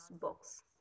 books